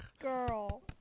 Girl